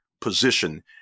position